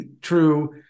true